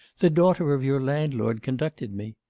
the daughter of your landlord conducted me.